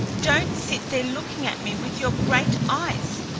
don't sit there looking at me with your great eyes.